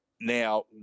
Now